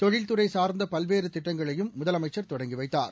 தொழில்துறைசார்ந்தபல்வேறுதிட்டங்களையும் முதலமைச்சர் தொடங்கிவைத்தார்